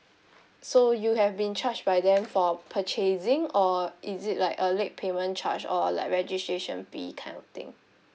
so you have been charged by them for purchasing or is it like a late payment charge or like registration fee kind of thing